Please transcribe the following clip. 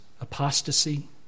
apostasy